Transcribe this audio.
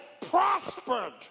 prospered